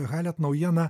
halet naujiena